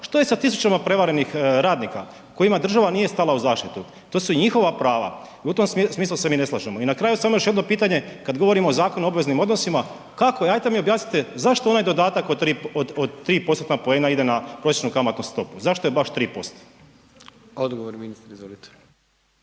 Što je sa tisućama prevarenih radnika kojima država nije stala u zaštitu? To su i njihova prava i u tom smislu se mi ne slažemo. I na kraju samo još jedno pitanje, kada govorimo o Zakonu o obveznim odnosima, kako ajte mi objasnite zašto onaj dodatak od 3%-na poena ide na prosječnu kamatnu stopu, zašto je baš 3%? **Jandroković, Gordan